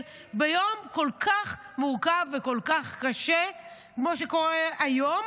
ביום כל כך מורכב וכל כך קשה כמו היום.